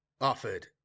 offered